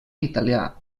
italià